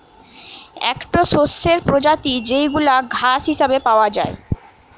একটো শস্যের প্রজাতি যেইগুলা ঘাস হিসেবে পাওয়া যায়